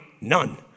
none